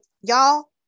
y'all